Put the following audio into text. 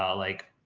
um like.